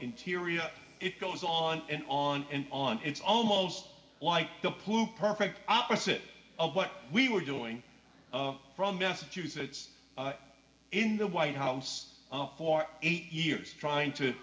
interior it goes on and on and on it's own most like the poop perfect opposite of what we were doing from massachusetts in the white house for eight years trying to